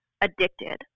addicted